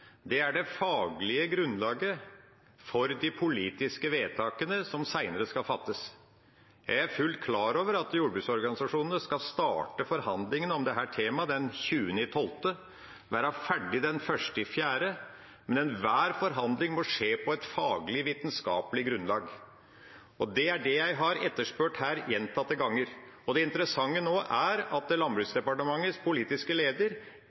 er det faglige grunnlaget for de politiske vedtakene som senere skal fattes. Jeg er fullt klar over at jordbruksorganisasjonene skal starte forhandlingene om dette temaet den 20. desember og være ferdig den 1. april, men enhver forhandling må skje på et faglig, vitenskapelig grunnlag, og det er det jeg har etterspurt her gjentatte ganger. Det interessante nå er at Landbruksdepartementets politiske leder